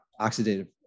oxidative